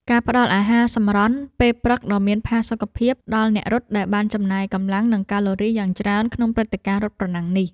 ការផ្ដល់អាហារសម្រន់ពេលព្រឹកដ៏មានផាសុកភាព ដល់អ្នករត់ដែលបានចំណាយកម្លាំង និងកាឡូរីយ៉ាងច្រើនក្នុងព្រឹត្តិការណ៍រត់ប្រណាំងនេះ។